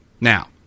Now